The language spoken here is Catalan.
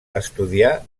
estudià